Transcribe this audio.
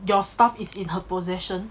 your stuff is in her possession